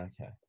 Okay